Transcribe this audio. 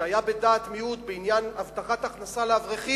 כשהיה בדעת מיעוט בעניין הבטחת הכנסה לאברכים,